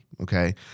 Okay